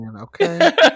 okay